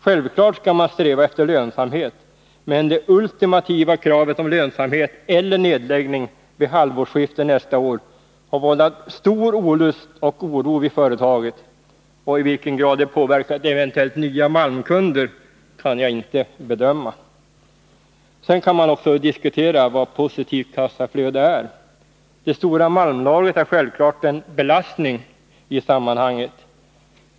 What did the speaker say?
Självklart skall man sträva efter lönsamhet, men det ultimativa kravet om lönsamhet eller nedläggning vid halvårsskiftet nästa år har vållat stor olust och oro vid företaget. I vilken grad det påverkat eventuella nya malmkunder kan jag inte bedöma. Sedan kan man också diskutera vad positivt kassaflöde är. Det stora malmlagret är självfallet en belastning i sammanhanget.